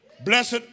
Blessed